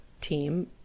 team